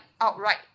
outright